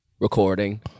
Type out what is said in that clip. recording